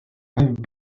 have